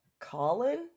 Colin